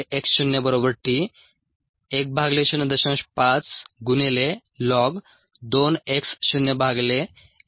5ln 2x0x0t 10